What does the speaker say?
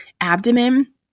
abdomen